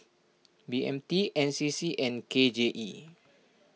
B M T N C C and K J E